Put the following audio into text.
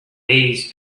days